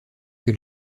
que